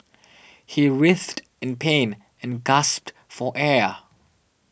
he writhed in pain and gasped for air